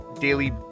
Daily